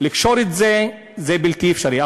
זה בלתי אפשרי.